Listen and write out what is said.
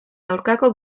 aurkako